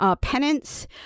Penance